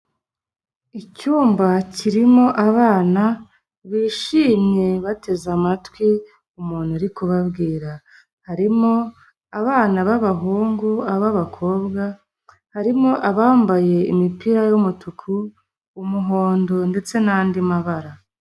Icyumba kirimo abana bishimye bateze amatwi umuntu ari kubabwira, harimo abana b'abahungu, ababakobwa, harimo abambaye imipira yumutuku, umuhondo ndetse n'andi mabara.